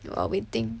you are waiting